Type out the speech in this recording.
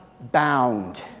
bound